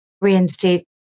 reinstate